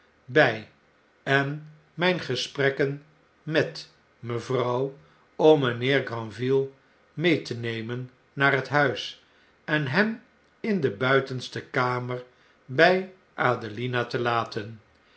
by en myn gesprekken met mevrouw om mynheer granville mee te nemen naar het huis en hem in de buitenste kamer bij adelina te laten